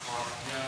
נכון.